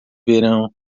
verão